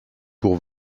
pour